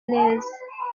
neza